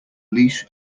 leash